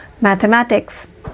mathematics